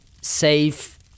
safe